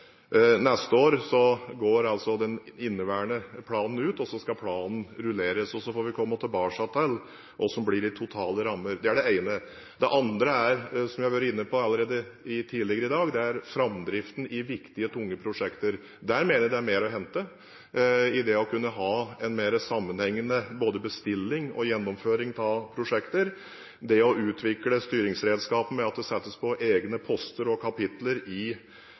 Neste år går den inneværende planen ut, så skal planen rulleres. Så får vi komme tilbake til hva som blir de totale rammer. Det er det ene. Det andre er, som jeg har vært inne på tidligere i dag, framdriften i viktige, tunge prosjekter. Der mener jeg det er mer å hente – i det å kunne ha en mer sammenhengende bestilling og gjennomføring av prosjekter og det å utvikle styringsredskaper ved at det settes på egne poster og kapitler i